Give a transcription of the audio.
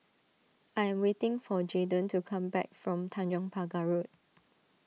I am waiting for Jaeden to come back from Tanjong Pagar Road